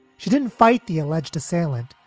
she didn't fight the alleged assailant.